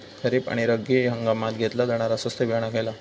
खरीप आणि रब्बी हंगामात घेतला जाणारा स्वस्त बियाणा खयला?